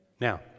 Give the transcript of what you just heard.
Now